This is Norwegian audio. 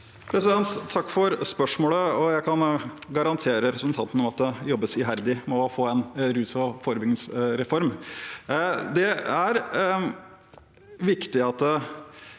Takk for spørsmålet, og jeg kan garantere representanten at det jobbes iherdig med å få en rus- og forebyggingsreform. Det er viktig at